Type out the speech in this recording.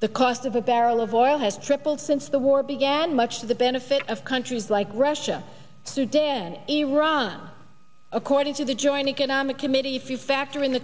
the cost of a barrel of oil has tripled since the war began much to the benefit of countries like russia sudan iran according to the joint economic committee if you factor in the